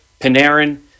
Panarin